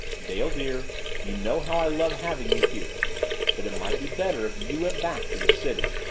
dale, dear you know how i love having you here but it might be better if you went back to the city.